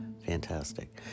fantastic